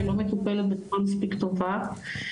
היא לא מטופלת בצורה מספיק טובה.